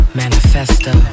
manifesto